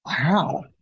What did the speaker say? Wow